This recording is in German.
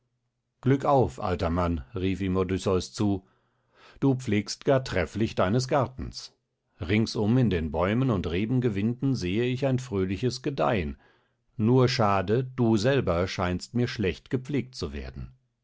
glück auf alter mann rief ihm odysseus zu du pflegst gar trefflich deines gartens ringsum in den bäumen und rebengewinden sehe ich ein fröhliches gedeihen nur schade du selber scheinst mir schlecht gepflegt zu werden